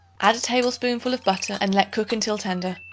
add a tablespoonful of butter and let cook until tender.